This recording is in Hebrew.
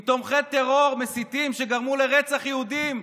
עם תומכי טרור, מסיתים, שגרמו לרצח יהודים,